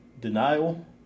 Denial